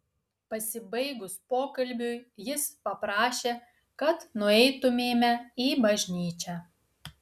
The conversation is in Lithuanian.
pasibaigus pokalbiui jis paprašė kad nueitumėme į bažnyčią